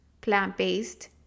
plant-based